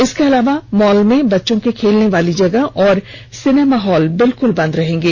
इसके अलावा मॉल में बच्चों के खेलने वाले जगह और सिनेमाहॉल बिलकुल बंद रहेंगें